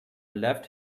left